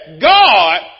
God